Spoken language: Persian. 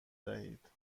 دهید